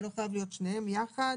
זה לא חייב להיות שניהם יחד,